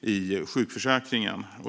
i sjukförsäkringen.